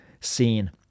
scene